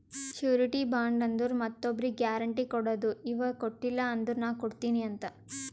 surety bond ಅಂದುರ್ ಮತ್ತೊಬ್ರಿಗ್ guarantee ಕೊಡದು ಇವಾ ಕೊಟ್ಟಿಲ ಅಂದುರ್ ನಾ ಕೊಡ್ತೀನಿ ಅಂತ್